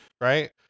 right